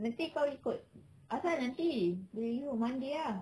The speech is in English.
nanti kau ikut asal nanti abeh you monday ah